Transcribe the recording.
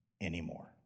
anymore